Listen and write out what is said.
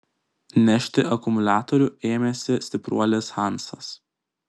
nešti akumuliatorių ėmėsi stipruolis hansas